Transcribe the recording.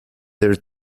their